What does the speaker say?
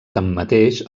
tanmateix